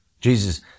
Jesus